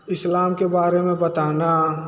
इस्लाम के बारे में बताना